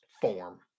form